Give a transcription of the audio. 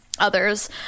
others